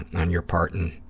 on your part. and